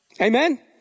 Amen